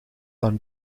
dan